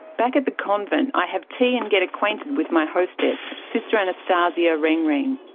back at the convent i have tea and get acquainted with my hostess, sister anastasia rengreng.